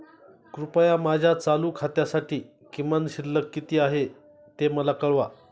कृपया माझ्या चालू खात्यासाठी किमान शिल्लक किती आहे ते मला कळवा